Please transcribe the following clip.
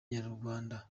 nyarwanda